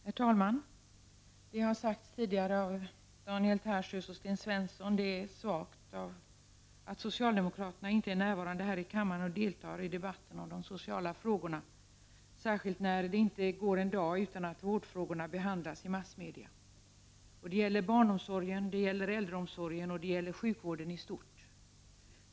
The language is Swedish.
Herr talman! Det har tidigare sagts av Daniel Tarschys och Sten Svensson att det är svagt att socialdemokraterna inte är närvarande här i kammaren och deltar i debatten om de sociala frågorna, särskilt med tanke på att det inte går en dag utan att vårdfrågorna tas upp i massmedia.. Det gäller barnomsorgen, äldreomsorgen och sjukvården i stort.